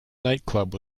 nightclub